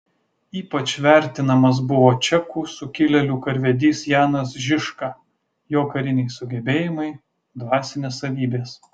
ypač vertinamas buvo čekų sukilėlių karvedys janas žižka jo kariniai sugebėjimai dvasinės savybės